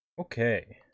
Okay